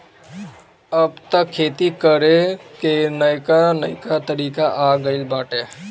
अब तअ खेती करे कअ नईका नईका तरीका आ गइल बाटे